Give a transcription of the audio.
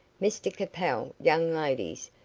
mr capel, young ladies,